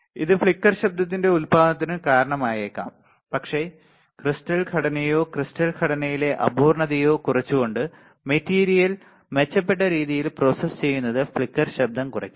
ഇത് ഫ്ലിക്കർ ശബ്ദത്തിന്റെ ഉത്പാദനത്തിന് കാരണമായേക്കാം പക്ഷേ ക്രിസ്റ്റൽ ഘടനയോ ക്രിസ്റ്റൽ ഘടനയിലെ അപൂർണ്ണതയോ കുറച്ചുകൊണ്ട് മെറ്റീരിയൽ മെച്ചപ്പെട്ട രീതിയിൽ പ്രോസസ് ചെയ്യുന്നത് ഫ്ലിക്കർ ശബ്ദം കുറയ്ക്കും